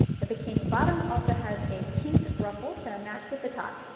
the bikini bottom also has a pinked ruffle to match with the top.